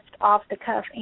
off-the-cuff